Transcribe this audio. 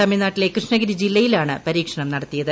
തമിഴ്നാട്ടിലെ കൃഷ്ണഗിരി ജില്ലയിലാണ് പരീക്ഷണം നടത്തിയത്